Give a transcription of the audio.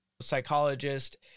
psychologist